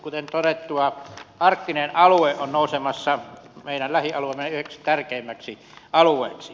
kuten todettua arktinen alue on nousemassa meidän lähialueemme yhdeksi tärkeimmäksi alueeksi